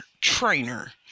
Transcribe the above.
trainer